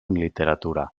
literatura